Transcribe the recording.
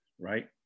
right